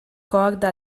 corda